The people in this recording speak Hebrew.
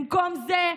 במקום זה,